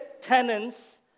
tenants